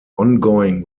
ongoing